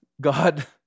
God